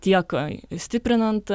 tiek stiprinant